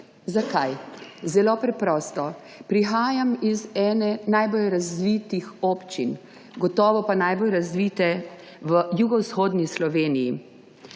Zakaj? Zelo preprosto. Prihajam iz ene najbolj razvitih občin, gotovo pa najbolj razvite v jugovzhodni Sloveniji.